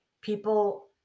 people